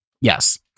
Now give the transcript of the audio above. yes